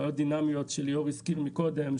בעיות דינמיות שליאור הזכיר מקודם,